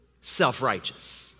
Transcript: self-righteous